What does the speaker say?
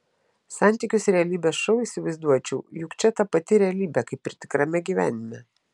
santykius realybės šou įsivaizduočiau juk čia ta pati realybė kaip ir tikrame gyvenime